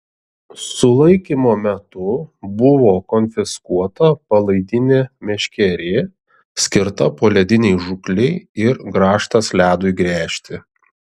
sulaikymo metu buvo konfiskuota palaidinė meškerė skirta poledinei žūklei ir grąžtas ledui gręžti